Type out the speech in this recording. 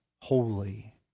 holy